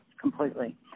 completely